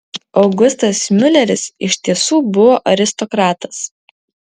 augustas miuleris iš tiesų buvo aristokratas